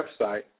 website